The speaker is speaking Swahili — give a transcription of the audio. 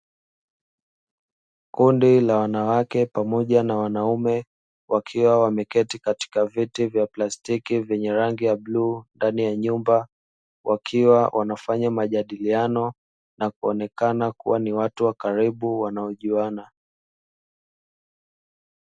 Kundi la wanawake pamoja na wanaume, wakiwa wameketi katika viti vya plastiki vyenye rangi ya bluu ndani ya nyumba. Wakiwa wanafanya majadiliano na kuonekana kuwa ni watu wa karibu wanaojuana.